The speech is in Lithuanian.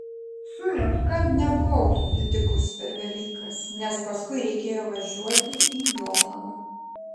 su efka nebuvau susitikus per velykas nes paskui reikėjo važiuoti į jonavą